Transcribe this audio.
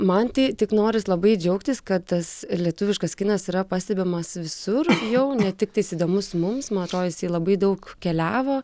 man tai tik noris labai džiaugtis kad tas lietuviškas kinas yra pastebimas visur jau ne tiktais įdomus mums man atrodo jisai labai daug keliavo